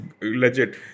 legit